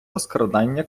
розкрадання